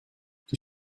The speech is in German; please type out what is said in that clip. die